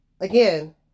Again